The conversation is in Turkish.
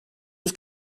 yüz